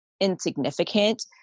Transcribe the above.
insignificant